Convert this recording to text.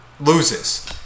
loses